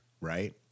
right